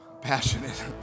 passionate